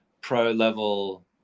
pro-level